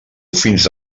fins